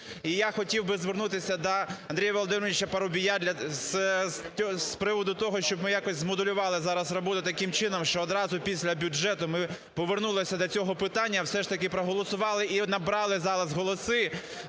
Я хотів би звернутися до Андрія Володимировича Парубія з приводу того, щоб ми якось змоделювали зараз роботу таким чином, що одразу після бюджету ми б повернулися до цього питання, все ж таки проголосували і набрали зараз голоси